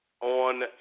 on